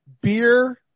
beer